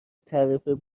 تعرفه